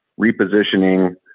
repositioning